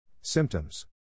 Symptoms